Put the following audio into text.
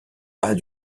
pas